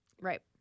Right